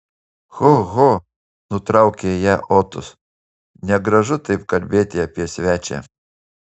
ho ho nuraukė ją otus negražu taip kalbėti apie svečią